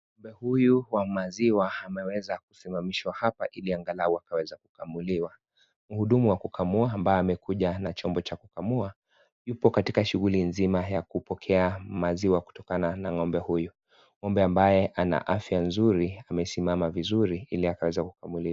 Ng'ombe huyu wa maziwa ameweza kusimamishwa hapa ili angalau akaweza kukamuliwa mhudumu wa kamua ambaye amekuja na chombo cha kukamua yupo katika shughuli nzima ya kupokea maziwa kutokana na ng'ombe huyu ng'ombe ambaye ana afya nzuri amesimama vizuri ili akaweza kukamuliwa.